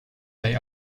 they